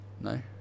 No